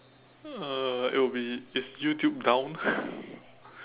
uh it will be is YouTube down